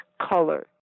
color